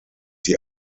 die